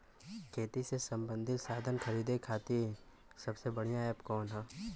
खेती से सबंधित साधन खरीदे खाती सबसे बढ़ियां एप कवन ह?